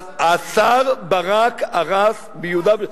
השר ברק הרס ביהודה ושומרון,